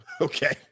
okay